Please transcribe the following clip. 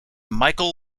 michael